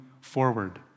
forward